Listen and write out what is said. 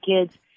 kids